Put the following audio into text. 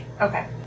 Okay